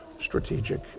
strategic